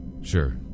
sure